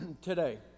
Today